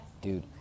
dude